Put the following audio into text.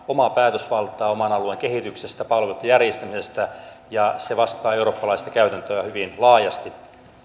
oma päätösvalta oman alueensa kehityksestä palveluitten järjestämisestä se vastaa eurooppalaista käytäntöä hyvin laajasti